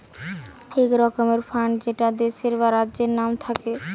এক রকমের ফান্ড যেটা দেশের বা রাজ্যের নাম থাকে